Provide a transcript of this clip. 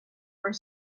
were